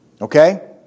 Okay